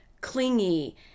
clingy